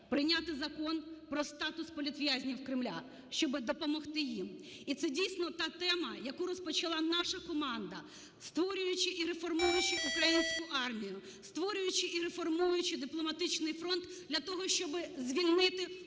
прийняти Закон про статус політв'язнів Кремля, щоб допомогти їм. І це дійсно та тема, яку розпочала наша команда, створюючи і реформуючи українську армію, створюючи і реформуючи дипломатичний фронт для того, щоб звільнити Україну